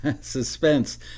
suspense